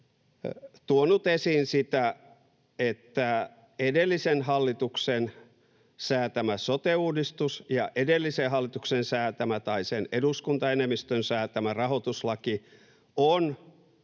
tuonut esiin sitä, että edellisen hallituksen säätämä sote-uudistus ja edellisen hallituksen säätämä — tai sen eduskuntaenemmistön säätämä — rahoituslaki